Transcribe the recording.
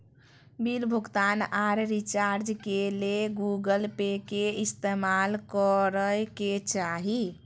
bill भुगतान आर recharge करे ले गूगल पे के इस्तेमाल करय के चाही